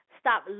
stop